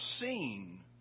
seen